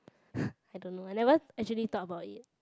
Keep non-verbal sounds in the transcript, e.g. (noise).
(breath) I don't know I never actually thought about it